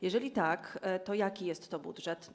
Jeżeli tak, to jaki jest to budżet?